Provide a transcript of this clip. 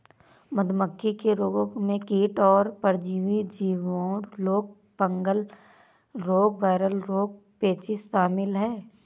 मधुमक्खी के रोगों में कीट और परजीवी, जीवाणु रोग, फंगल रोग, वायरल रोग, पेचिश शामिल है